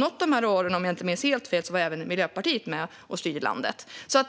Något av dessa år var, om jag inte minns helt fel, Miljöpartiet med och styrde landet.